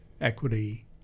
equity